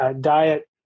diet